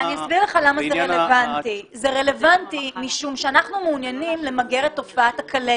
למה זה רלוונטי: זה רלוונטי משום שאנחנו מעוניינים למגר את תופעת הכלבת,